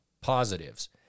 positives